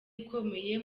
ikomeye